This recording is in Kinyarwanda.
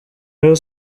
rayon